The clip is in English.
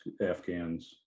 Afghans